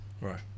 Right